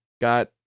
got